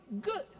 good